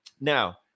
now